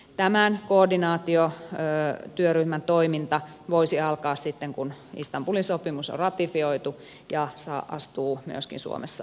tämän koordinaatiotyöryhmän toiminta voisi alkaa sitten kun istanbulin sopimus on ratifioitu ja astuu myöskin suomessa voimaan